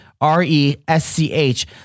R-E-S-C-H